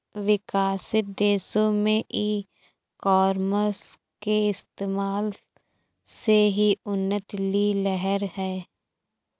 विकसित देशों में ई कॉमर्स के इस्तेमाल से ही उन्नति की लहर है